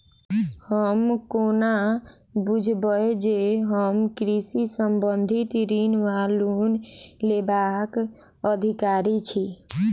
हम कोना बुझबै जे हम कृषि संबंधित ऋण वा लोन लेबाक अधिकारी छी?